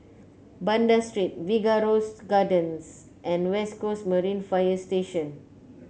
Banda Street Figaro Gardens and West Coast Marine Fire Station